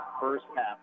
first-half